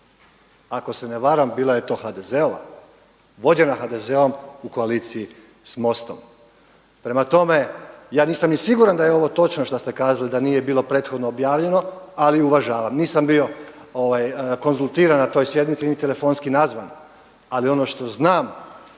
ako se ne varam bila je to HDZ-ova, vođena HDZ-om u koaliciji s MOST-om. Prema tome, ja nisam ni siguran da je ovo točno što ste kazali da nije bilo prethodno objavljeno, ali uvažavam. Nisam bio konzultiran na toj sjednici niti telefonski nazvan, ali ono što znam